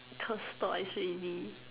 curse twice already